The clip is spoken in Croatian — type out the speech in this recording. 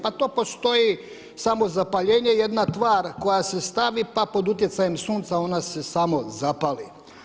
Pa to postoji samozapaljenje, jedna tvar koja se stavi, pa pod utjecajem sunca, ona se samo zapali.